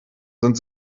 sind